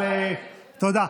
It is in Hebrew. תודה.